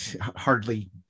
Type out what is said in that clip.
hardly